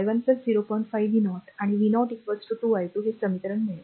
5 v0 and v0 2 i2 हे समीकरण मिळेल